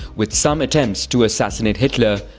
with some attempts to assassinate hitler,